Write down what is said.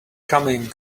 coming